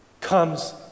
comes